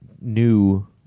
new